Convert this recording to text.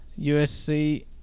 USC